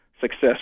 success